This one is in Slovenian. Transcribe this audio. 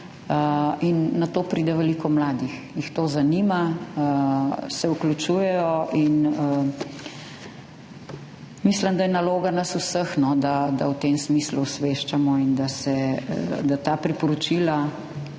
in na to pride veliko mladih. To jih zanima, se vključujejo. Mislim, da je naloga nas vseh, da v tem smislu osveščamo, in da ta priporočila